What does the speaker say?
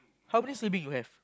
how many sibling you have